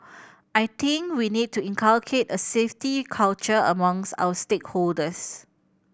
I think we need to inculcate a safety culture amongst our stakeholders